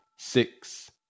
Six